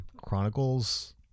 Chronicles